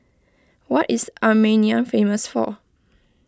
what is Armenia famous for